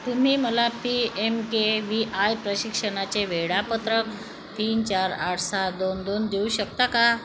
तुम्ही मला P M K V I प्रशिक्षणाचे वेळापत्रक तीन चार आठ सहा दोन दोन देऊ शकता का